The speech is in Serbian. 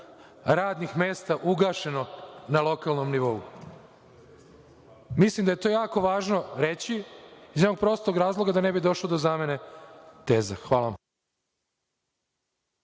radnih mesta je ugašeno na lokalnom nivou. Mislim da je to jako važno reći iz jednog prostog razloga, da ne bi došlo do zamene teza. Hvala.